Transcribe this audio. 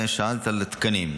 ושאלת על תקנים.